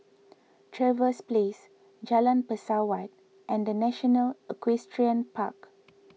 Trevose Place Jalan Pesawat and the National Equestrian Park